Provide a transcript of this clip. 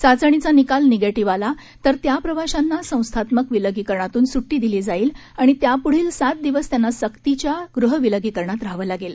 चाचणीचा निकाल निगेटिव्ह आला तर त्या प्रवाशांना संस्थात्मक विलगीकरणातून सुट्टी दिली जाईल आणि त्यापुढील सात दिवस त्यांना सक्तीच्या गृह विलगीकरणात राहावं लागेल